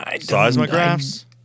Seismographs